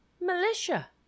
militia